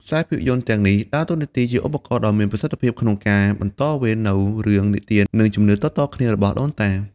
ខ្សែភាពយន្តទាំងនេះដើរតួជាឧបករណ៍ដ៏មានប្រសិទ្ធភាពក្នុងការបន្តវេននូវរឿងនិទាននិងជំនឿតៗគ្នារបស់ដូនតា។